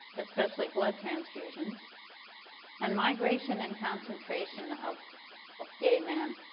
especially blood transfusions and migration and concentration of gay men.